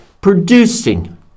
producing